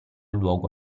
luogo